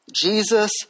Jesus